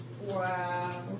Wow